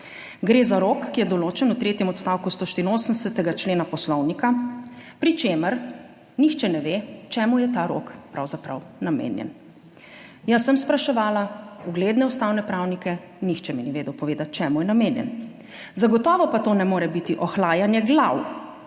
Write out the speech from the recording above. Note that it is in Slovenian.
Gre za rok, ki je določen v tretjem odstavku 184. člena Poslovnika, pri čemer nihče ne ve, čemu je ta rok pravzaprav namenjen. Jaz sem spraševala ugledne ustavne pravnike, nihče mi ni vedel povedati, čemu je namenjen, zagotovo pa to ne more biti ohlajanje glav,